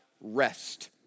rest